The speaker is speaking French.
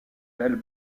belles